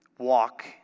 walk